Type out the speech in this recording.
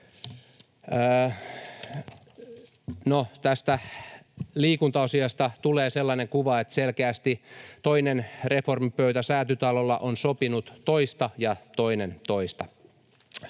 tästä liikunta-asiasta tulee sellainen kuva, että selkeästi toinen reformipöytä Säätytalolla on sopinut toista ja toinen toista.